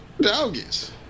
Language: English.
Doggies